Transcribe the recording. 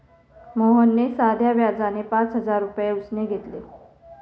मोहनने साध्या व्याजाने पाच हजार रुपये उसने घेतले